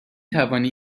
توانی